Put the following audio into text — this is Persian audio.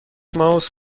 ماوس